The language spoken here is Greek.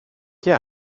και